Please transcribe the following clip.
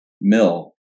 mill